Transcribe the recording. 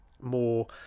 more